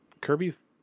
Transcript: Kirby's